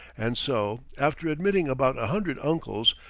and so, after admitting about a hundred uncles,